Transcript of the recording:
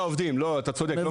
מבחינת העובדים, אתה צודק.